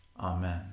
Amen